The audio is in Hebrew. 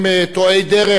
אדוני סגן,